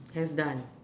has done